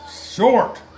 Short